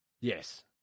yes